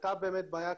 הייתה באמת בעיה.